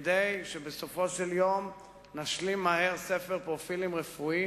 כדי שבסופו של יום נשלים מהר ספר פרופילים רפואי